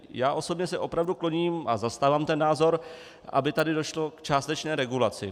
Já osobně se opravdu kloním a zastávám ten názor, aby tady došlo k částečné regulaci.